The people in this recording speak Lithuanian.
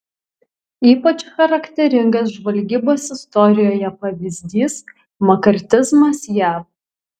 ypač charakteringas žvalgybos istorijoje pavyzdys makartizmas jav